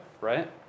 right